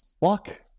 walk